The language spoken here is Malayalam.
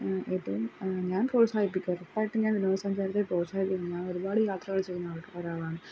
ഇതും ഞാൻ പ്രോത്സാഹിപ്പിക്കും ഉറപ്പായിട്ടും ഞാൻ വിനോദ സഞ്ചാരത്തെ പ്രോൽസാഹിപ്പിക്കും ഞാനൊരുപാട് യാത്രകൾ ചെയ്യുന്നൊരാളാണ്